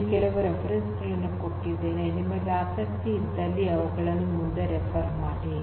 ಇಲ್ಲಿ ಕೆಲವು ಉಲ್ಲೇಖಗಳನ್ನು ಕೊಟ್ಟಿದ್ದೇನೆ ನಿಮಗೆ ಆಸಕ್ತಿ ಇದ್ದಲ್ಲಿ ಇವುಗಳನ್ನು ಮುಂದೆ ನೋಡಿ